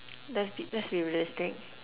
let's be let's be realistic